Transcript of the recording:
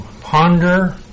ponder